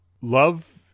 Love